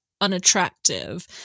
unattractive